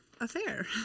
affair